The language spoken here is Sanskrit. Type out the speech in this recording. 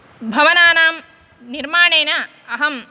भवनानां निर्माणेन अहं